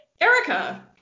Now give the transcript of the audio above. Erica